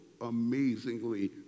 amazingly